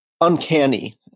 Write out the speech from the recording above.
uncanny